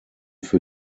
für